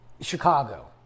Chicago